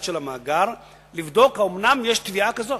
של המאגר לבדוק האומנם יש טביעה כזאת.